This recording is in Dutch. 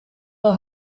wel